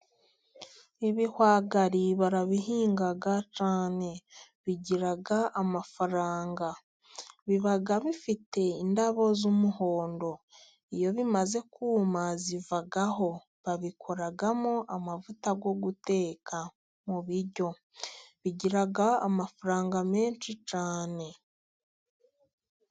Ibihwagari barabihinga cyane. Bigira amafaranga. Biba bifite indabo z'umuhondo. Iyo bimaze kuma zivaho. Babikoramo amavuta yo guteka mu biryo. Bigira amafaranga menshi cyane.